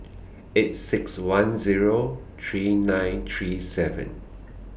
eight six one Zero three nine three seven